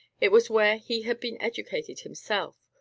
it was where he had been educated himself,